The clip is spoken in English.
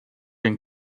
and